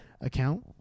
account